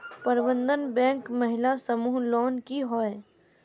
प्रबंधन बैंक महिला समूह लोन की होय?